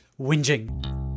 whinging